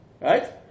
Right